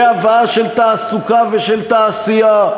בהבאה של תעסוקה ושל תעשייה,